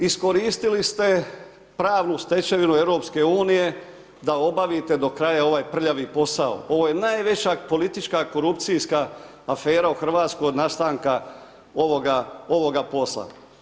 Iskoristili ste pravnu stečevinu EU-a da obavite do kraja ovaj posao, ovo je najveća politička korupcijska afera u Hrvatskoj od nastanka ovoga posla.